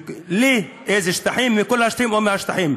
איזה שטחים, מכל השטחים או מהשטחים